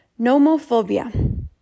nomophobia